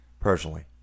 Personally